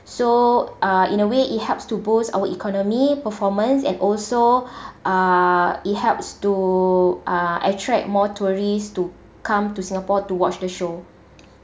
so uh in a way it helps to boost our economy performance and also uh it helps to uh attract more tourists to come to singapore to watch the show